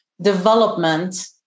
development